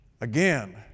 again